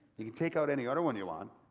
you can take out any other one you want.